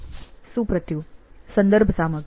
સુપ્રતિવ સંદર્ભ સામગ્રી